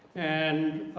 and